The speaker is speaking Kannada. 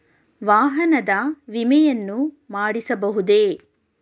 ವಾಹನದ ವಿಮೆಯನ್ನು ಮಾಡಿಸಬಹುದೇ?